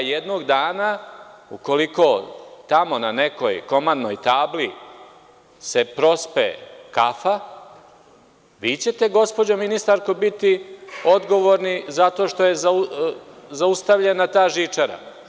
Jednog dana, ukoliko tamo na nekoj komandnoj tabli se prospe kafa, vi ćete, gospođo ministarko, biti odgovorni zato što je zaustavljena ta žičara.